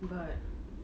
but